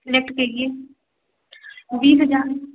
net के लिए बीस हजार